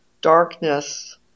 darkness